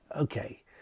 Okay